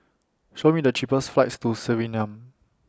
Show Me The cheapest flights to Suriname